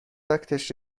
وقتش